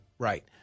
Right